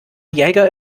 jäger